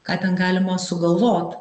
ką ten galima sugalvot